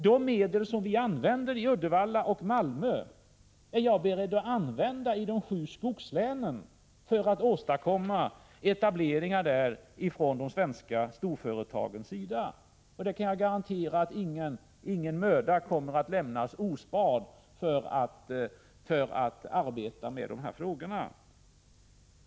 De medel som vi använder i Uddevalla och i Malmö är jag beredd att använda också i de sju skogslänen för att åstadkomma etableringar där från de svenska storföretagens sida. Jag kan garantera att ingen möda kommer att sparas när det gäller att arbeta med dessa frågor.